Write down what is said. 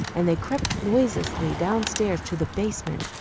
and they crept noiselessly downstairs to the basement,